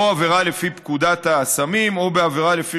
בעבירה לפי פקודת הסמים או בעבירה לפי